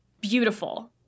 beautiful